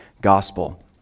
gospel